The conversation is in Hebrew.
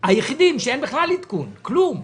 שהיחידים שאין בכלל עדכון לקצבה שלהם,